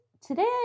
today